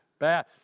bad